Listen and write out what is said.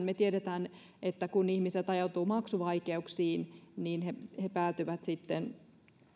me tiedämme että kun ihmiset ajautuvat maksuvaikeuksiin niin he he päätyvät